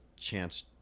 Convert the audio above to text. chance